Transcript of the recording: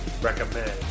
recommend